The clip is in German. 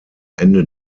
ende